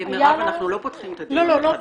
מירב, אנחנו לא פותחים את הדיון מחדש,